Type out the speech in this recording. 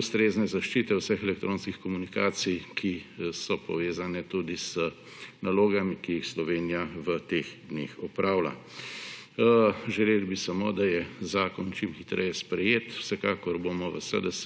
ustrezne zaščite vseh elektronskih komunikacij, ki so povezane tudi z nalogami, ki jih Slovenija v teh dneh opravlja. Želeli bi samo, da je zakon čim hitreje sprejet, vsekakor bomo v SDS